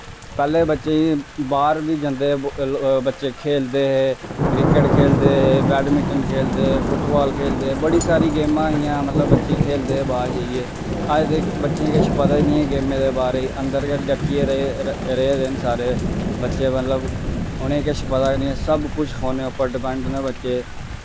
पैह्लें बच्चें गी बाह्र बी जंदे हे ते बच्चे खेलदे हे क्रिकेट खेलदे हे बैडमिन्टन खेलदे हे फुट बाल खेलदे हे बड़ी सारी गेमां हियां मतलब बच्चे खेलदे हे बाह्र जाइयै अज्ज दे बच्चें गी किश पता गै निं ऐ गेमें दे बारे च अन्दर गै डक्कियै रेह्दे न सारे बच्चे मतलब उ'नें किश पता गै निं ऐ सब कुछ फोनै उप्पर डिपैंड न बच्चे